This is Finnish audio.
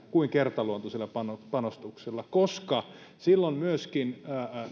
kuin kertaluontoisella panostuksella koska silloin myöskin